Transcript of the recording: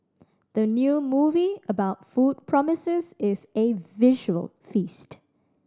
the new movie about food promises as a visual feast